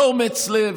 באומץ לב.